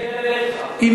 אני אדבר אתך.